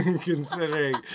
considering